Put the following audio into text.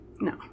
no